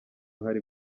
hari